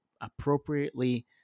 appropriately